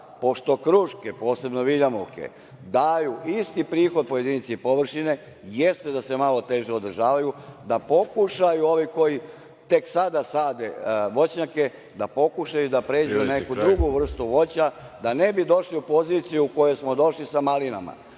pošto kruške, posebno viljamovke daju isti prihod po jedinici površine jeste da se malo teže održavaju, da pokušaju ovi koji tek sada sade voćnjake, da pokušaju da pređu na neku drugu vrstu voća da ne bi došli u poziciju u kojoj smo došli sa malinama,